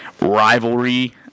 rivalry